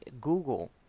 google